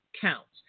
counts